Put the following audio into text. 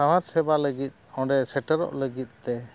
ᱥᱟᱶᱟᱨ ᱥᱮᱵᱟ ᱞᱟᱹᱜᱤᱫ ᱚᱸᱰᱮ ᱥᱮᱴᱮᱨᱚᱜ ᱞᱟᱹᱜᱤᱫ ᱛᱮ